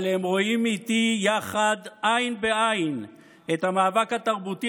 אבל הם רואים איתי עין בעין את המאבק התרבותי,